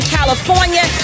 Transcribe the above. California